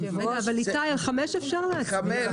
אבל על סעיף 5 אפשר להצביע.